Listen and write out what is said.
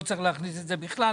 שלא צריך להכניס את בכלל,